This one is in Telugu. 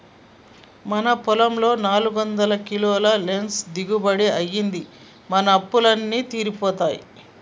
మన పొలంలో నాలుగొందల కిలోల లీన్స్ దిగుబడి అయ్యింది, మన అప్పులు అన్నీ తీరిపోతాయి